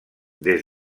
des